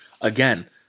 Again